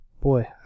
Boy